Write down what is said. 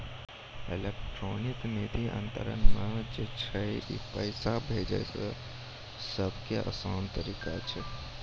electronic निधि अन्तरन जे छै ई पैसा भेजै के सभ से असान तरिका छै